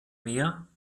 mehr